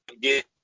get